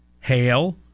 hail